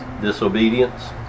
Disobedience